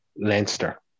Leinster